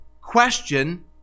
question